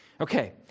Okay